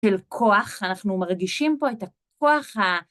של כוח, אנחנו מרגישים פה את כוח ה...